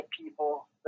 people